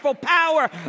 Power